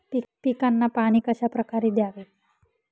पिकांना पाणी कशाप्रकारे द्यावे?